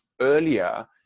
earlier